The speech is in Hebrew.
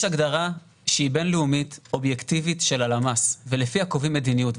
יש הגדרה שהיא בינלאומית אובייקטיבית של הלמ"ס ולפיה קובעים מדיניות,